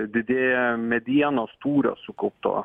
didėja medienos tūrio sukaupto